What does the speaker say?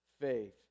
faith